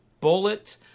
Bullet